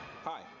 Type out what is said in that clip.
Hi